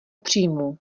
příjmů